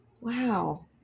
Wow